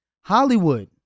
Hollywood